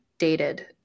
Dated